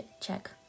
check